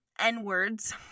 N-words